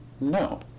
No